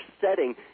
setting